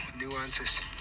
nuances